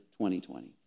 2020